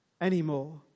anymore